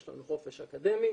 יש חופש אקדמי,